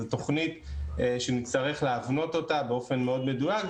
זו תוכנית שנצטרך להבנות אותה באופן מאוד מדויק.